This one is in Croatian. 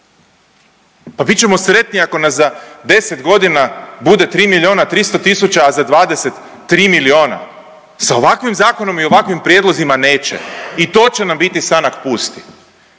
Pa bit ćemo sretni ako nas za 10 godina bude 3 300 000, a za 20 3 milijuna. Sa ovakvim Zakonom i ovakvim prijedlozima neće i to će nam biti sanak pusti.